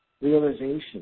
realization